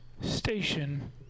station